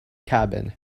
cabin